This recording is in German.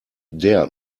der